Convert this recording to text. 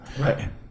right